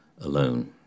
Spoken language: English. alone